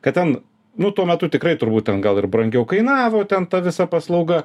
kad ten nu tuo metu tikrai turbūt ten gal ir brangiau kainavo ten ta visa paslauga